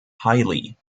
highly